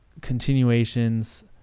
continuations